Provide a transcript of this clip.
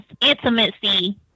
Intimacy